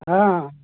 অঁ